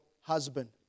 husband